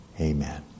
Amen